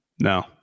No